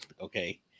Okay